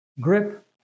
Grip